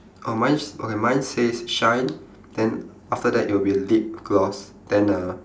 oh mine okay mine says shine then after that it will be lip gloss then the